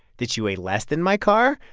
did she weigh less than my car?